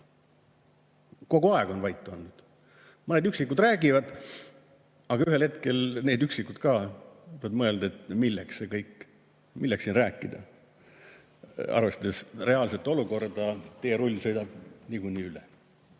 Kogu aeg on vait olnud. Mõned üksikud räägivad. Aga ühel hetkel need üksikud ka võivad mõelda, et milleks see kõik, milleks siin rääkida. Arvestades reaalset olukorda teerull sõidab niikuinii üle.